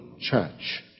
church